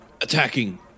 attacking